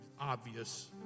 obvious